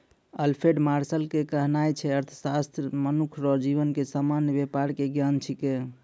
Alfred Marshall के कहनाय छै अर्थशास्त्र मनुख रो जीवन के सामान्य वेपार के ज्ञान छिकै